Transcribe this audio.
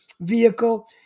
vehicle